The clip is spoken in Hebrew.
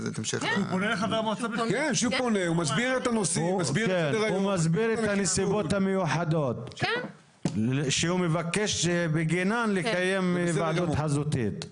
הוא מסביר את הנסיבות המיוחדות בגינן הוא מבקש לקיים היוועדות חזותית.